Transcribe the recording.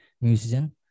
musician